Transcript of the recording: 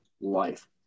life